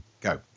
Go